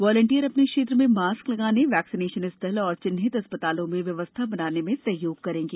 volunteer अपने क्षेत्र में मास्क लगाने और वैक्सीनेशन स्थल और चिन्हित अस्पतालों में व्यवस्था बनाने में सहयोग करेंगे